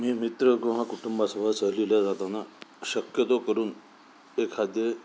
मी मित्र किंवा कुटुंबासोबत सहलीला जाताना शक्यतो करून एखादे